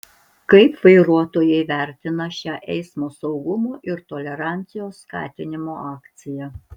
kaip vairuotojai vertina šią eismo saugumo ir tolerancijos skatinimo akciją